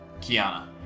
Kiana